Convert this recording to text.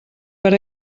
per